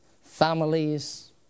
families